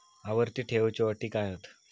आवर्ती ठेव च्यो अटी काय हत?